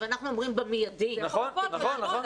נכון, נכון.